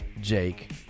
Jake